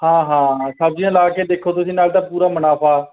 ਹਾਂ ਹਾਂ ਸਬਜ਼ੀਆਂ ਲਾ ਕੇ ਦੇਖੋ ਤੁਸੀਂ ਨਾਲੇ ਤਾਂ ਪੂਰਾ ਮੁਨਾਫਾ